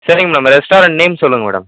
சரிங்க madam restaurant name சொல்லுங்கள் madam